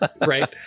right